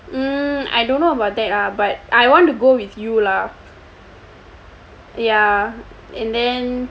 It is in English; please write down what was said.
mm I don't know about that ah but I want to go with you lah ya and then